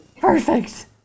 Perfect